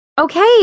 Okay